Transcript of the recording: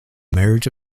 marriage